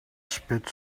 spit